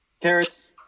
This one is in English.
Carrots